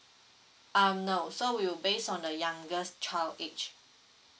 um no so will based on the youngest child age